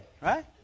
right